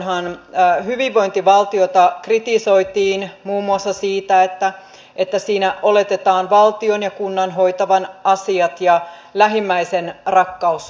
tuolloinhan hyvinvointivaltiota kritisoitiin muun muassa siitä että siinä oletetaan valtion ja kunnan hoitavan asiat ja lähimmäisenrakkaus unohtuu